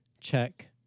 check